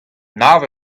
nav